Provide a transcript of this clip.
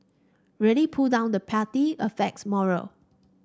really pull down the party affects morale